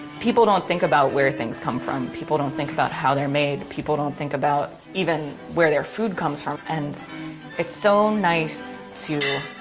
people don't think about where things come from. people don't think about how they're made. people don't think about even where their food comes from, and it's so nice to